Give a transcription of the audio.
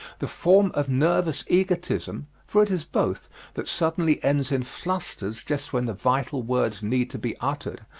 the form of nervous egotism for it is both that suddenly ends in flusters just when the vital words need to be uttered,